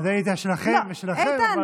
שלכם זה שלכם,